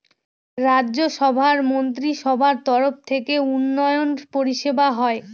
রাজ্য সভার মন্ত্রীসভার তরফ থেকে উন্নয়ন পরিষেবা হয়